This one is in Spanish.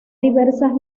diversas